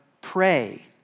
pray